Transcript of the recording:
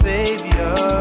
Savior